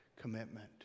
commitment